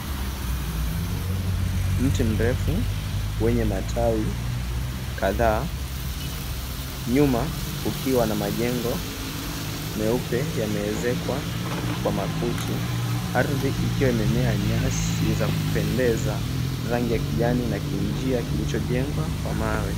Mti mrefu mwenye matawi kadhaa. Nyuma kukiwa na majengo meupe yameezekwa kwa makuti. Ardhi ikiwa imemea nyasi za kupendeza rangi ya kijani na kinjia kilichojengwa kwa mawe.